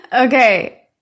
okay